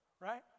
right